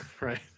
right